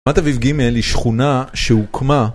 רמת אביב גימל היא שכונה שהוקמה